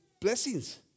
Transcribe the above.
blessings